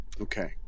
Okay